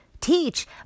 teach